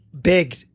big